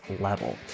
level